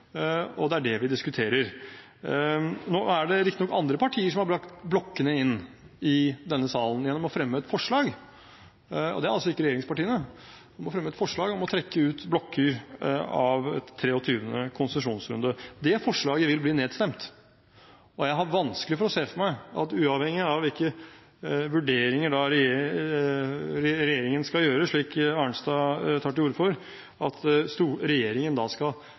og det er det vi diskuterer. Nå er det riktignok andre partier som har brakt blokkene inn i denne salen gjennom å fremme et forslag, og det er altså ikke regjeringspartiene. Det er fremmet et forslag om å trekke ut blokker av 23. konsesjonsrunde. Det forslaget vil bli nedstemt. Jeg har vanskelig for å se for meg, uavhengig av hvilke vurderinger regjeringen skal gjøre, slik Arnstad tar til orde for, at regjeringen skal